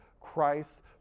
Christ